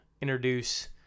introduce